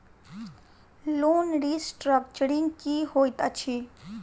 Loan restructuring की होइत अछि?